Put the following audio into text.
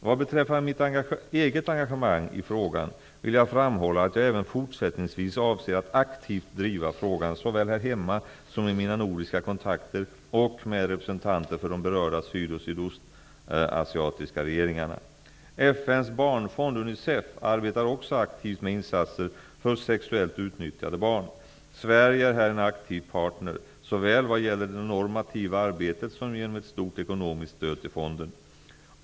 Vad beträffar mitt eget engagemang i frågan, vill jag framhålla att jag även fortsättningsvis avser att aktivt driva frågan såväl här hemma som i mina nordiska kontakter och med representanter för de berörda syd och sydostasiatiska regeringarna. FN:s barnfond Unicef arbetar också aktivt med insatser för sexuellt utnyttjade barn. Sverige är här en aktiv partner, såväl vad gäller det normativa arbetet som genom ett stort ekonomiskt stöd till fonden.